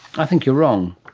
i think you're wrong.